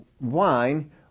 wine